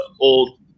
old